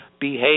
behave